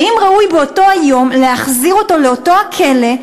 האם ראוי באותו היום להחזיר אותו לאותו הכלא,